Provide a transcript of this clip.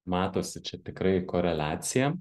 matosi čia tikrai koreliacija